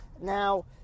Now